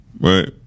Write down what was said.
Right